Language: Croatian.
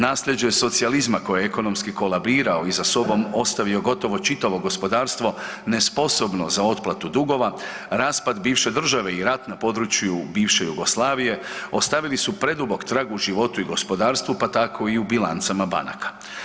Naslijeđe socijalizma koji je ekonomski kolabirao i za sobom ostavio gotovo čitavo gospodarstvo nesposobno za otplatu dugova, raspad bivše države i rat na području bivše Jugoslavije ostavili su predubok trag u životu i gospodarstvu pa tako i u bilancama banaka.